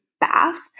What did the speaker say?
bath